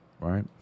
right